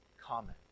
common